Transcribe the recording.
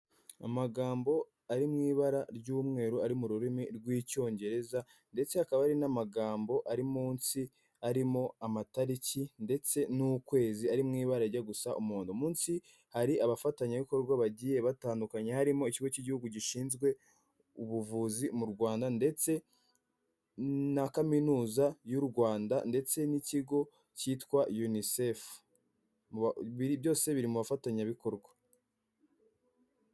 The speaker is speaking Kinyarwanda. Amagambo ari mw’ibara ry'umweru ari mu rurimi rw'icyongereza ndetse akaba ari n'amagambo ari munsi arimo amatariki ndetse n'ukwezi ari mw’ibara rijya gusa umuhondo munsi hari abafatanyabikorwa bagiye batandukanye harimo ikigo cy'igihugu gishinzwe ubuvuzi mu Rwanda ndetse na kaminuza y'u Rwanda ndetse n'ikigo cyitwa unicef byose biri mu bafatanyabikorwa.